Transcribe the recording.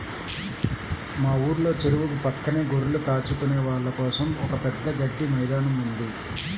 మా ఊర్లో చెరువు పక్కనే గొర్రెలు కాచుకునే వాళ్ళ కోసం ఒక పెద్ద గడ్డి మైదానం ఉంది